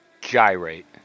Gyrate